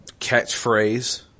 catchphrase